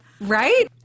Right